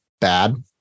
bad